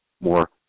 more